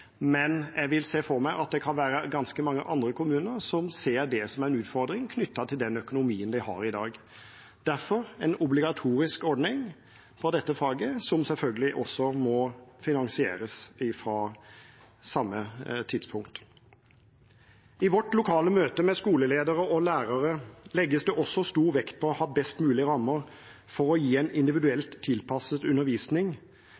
men jeg ser for meg at det kan være ganske mange andre kommuner som ser det som en utfordring, knyttet til den økonomien de har i dag. Derfor foreslår vi en obligatorisk ordning for dette faget, som selvfølgelig også må finansieres fra samme tidspunkt. I vårt lokale møte med skoleledere og lærere legges det stor vekt på å ha best mulige rammer for å gi en